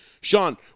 Sean